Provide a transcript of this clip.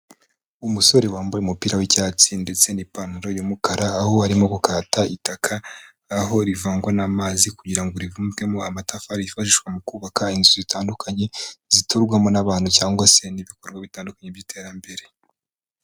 Umusore wambaye umupira w'icyatsi ndetse n'ipantaro y'umukara, aho arimo gukata itaka, aho rivangwa n'amazi kugira ngo ribumbwemo amatafari yifashishwa mu kubaka inzu zitandukanye, ziturwamo n'abantu cyangwa se n'ibikorwa bitandukanye by'iterambere.